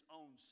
own